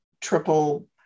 triple